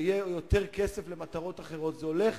ויהיה יותר כסף למטרות אחרות, זה הולך